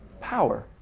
power